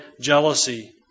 jealousy